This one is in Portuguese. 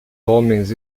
homens